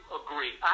agree